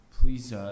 Please